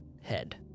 head